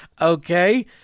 Okay